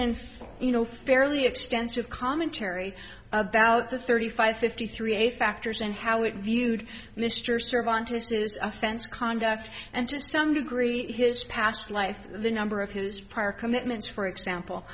in you know fairly extensive commentary about the thirty five fifty three eight factors and how it viewed mr serve on to this is offense conduct and to some degree his past life the number of his prior commitments for example